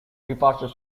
departure